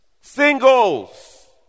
Singles